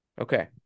Okay